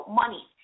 money